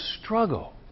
struggle